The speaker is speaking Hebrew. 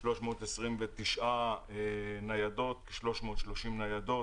על 329 ניידות, כ-330 ניידות.